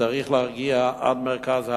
צריך להגיע עד מרכז הארץ,